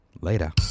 Later